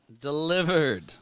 Delivered